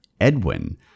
Edwin